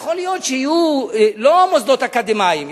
יכול להיות שיהיו לא מוסדות אקדמיים,